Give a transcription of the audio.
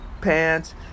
pants